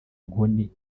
inkoni